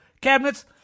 cabinets